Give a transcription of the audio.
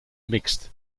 mixed